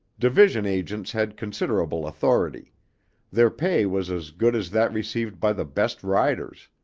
division agents had considerable authority their pay was as good as that received by the best riders.